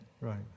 Right